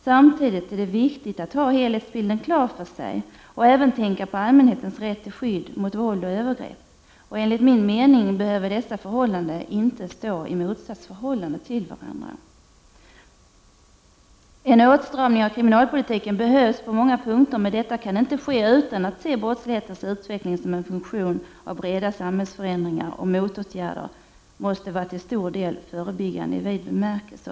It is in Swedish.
Samtidigt är det viktigt att ha helhetsbilden klar för sig och även tänka på allmänhetens rätt till skydd mot våld och övergrepp. Enligt min mening behöver dessa förhållanden dock inte stå i motsatsförhållande till varandra. En åtstramning av kriminalpolitiken behövs på många punkter, men detta kan inte ske. utan att man ser brottslighetens utveckling som en funktion av breda samhällsförändringar, och motåtgärderna måste till stor del vara förebyggande i vid bemärkelse.